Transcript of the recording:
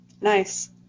Nice